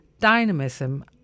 dynamism